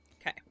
Okay